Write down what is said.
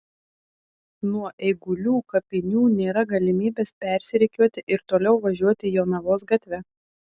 nuo eigulių kapinių nėra galimybės persirikiuoti ir toliau važiuoti jonavos gatve